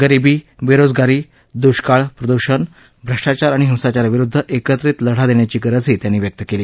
गरीबी बेरोजगारी दुष्काळ प्रदूषण भ्रष्टाचार आणि हिसंचाराविरुद्ध एकत्रित लढा देण्याची गरजही त्यांनी व्यक्त केली